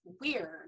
weird